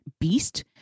beast